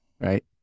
right